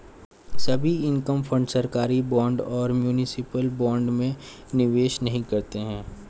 सभी income fund सरकारी bond और म्यूनिसिपल बॉन्ड में निवेश नहीं करते हैं